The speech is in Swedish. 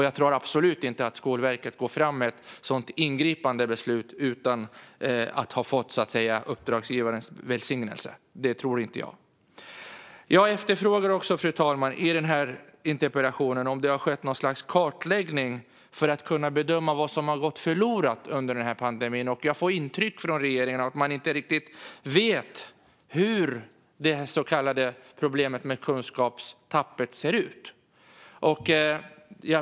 Jag tror absolut inte att Skolverket går fram med ett sådant ingripande beslut utan att fått uppdragsgivarens välsignelse. Jag frågade i interpellationen om det har skett något slags kartläggning för att kunna bedöma vad som har gått förlorat under pandemin, och jag får intrycket att regeringen inte riktigt vet hur problemet med så kallat kunskapstapp ser ut.